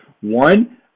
One